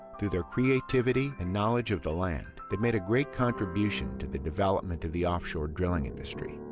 through their creativity and knowledge of the land, they've made a great contribution to the development of the offshore drilling industry,